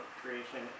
creation